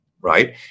right